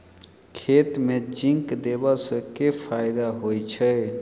खेत मे जिंक देबा सँ केँ फायदा होइ छैय?